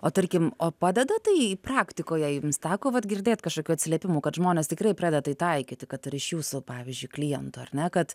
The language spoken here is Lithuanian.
o tarkim o padeda tai praktikoje jums teko vat girdėt kažkokių atsiliepimų kad žmonės tikrai pradeda tai taikyti kad ir iš jūsų pavyzdžiui klientų ar ne kad